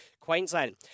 Queensland